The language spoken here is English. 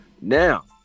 Now